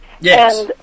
Yes